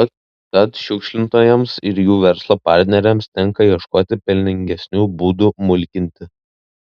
tad šiukšlintojams ir jų verslo partneriams tenka ieškoti pelningesnių būdų mulkinti